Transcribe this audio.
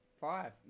Five